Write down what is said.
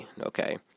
okay